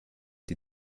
die